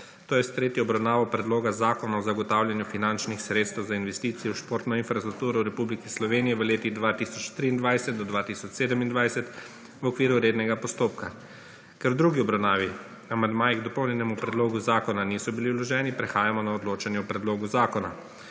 – s tretjo obravnavo predlog zakona o zagotavljanju finančnih sredstev za investicije v športno infrastrukturo v Republiki Sloveniji v letih od 2023 do 2027 v okviru rednega postopka. Ker v drugi obravnavi amandmaji k dopolnjenemu predlogu zakona niso bili vloženi, prehajamo na odločanje o predlogu zakona.